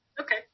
Okay